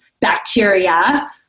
bacteria